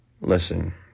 Listen